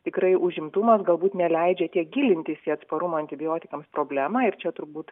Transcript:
tikrai užimtumas galbūt neleidžia tiek gilintis į atsparumo antibiotikams problemą ir čia turbūt